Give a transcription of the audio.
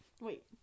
Wait